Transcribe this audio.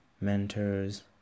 mentors